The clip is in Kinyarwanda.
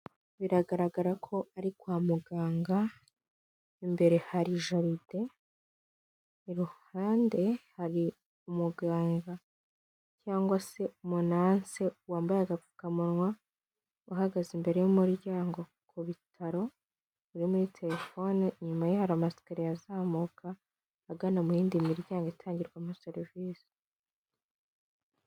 Biragaragara ko ari kwa muganga imbere hari jaride, iruhande hari umuganga cyangwa se umunanse wambaye agapfukamunwa uhagaze imbere y'umuryango ku bitaro uiri muri telefone, inyuma ye hari amasikariye azamuka agana mu yindi miryango itangirwamo serivisi.